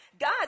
God